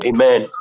Amen